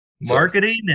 Marketing